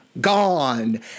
gone